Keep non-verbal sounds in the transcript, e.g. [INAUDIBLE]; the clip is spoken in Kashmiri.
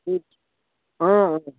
[UNINTELLIGIBLE] اۭں